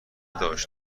داشت